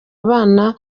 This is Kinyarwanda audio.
abana